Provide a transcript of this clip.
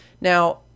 Now